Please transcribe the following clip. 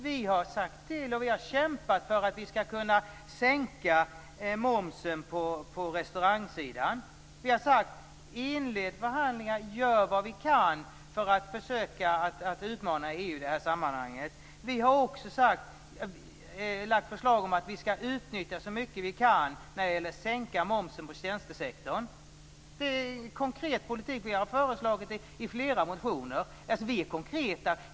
Vi har kämpat för att vi skall kunna sänka momsen på restaurangsidan. Vi har sagt att vi skall inleda förhandlingar och göra vad vi kan för att försöka utmana EU i det här sammanhanget. Vi har också lagt fram förslag om att vi skall utnyttja så mycket vi kan när det gäller att sänka momsen på tjänstesektorn. Det är en konkret politik. Vi har föreslagit detta i flera motioner. Vi är alltså konkreta.